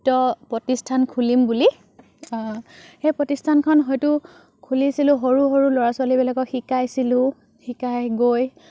নৃত্য প্ৰতিষ্ঠান খুলিম বুলি সেই প্ৰতিষ্ঠানখন হয়তো খুলিছিলোঁ সৰু সৰু ল'ৰা ছোৱালীবিলাকক শিকাইছিলোঁ শিকাই গৈ